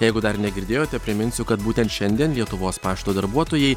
jeigu dar negirdėjote priminsiu kad būtent šiandien lietuvos pašto darbuotojai